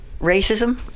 racism